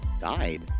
died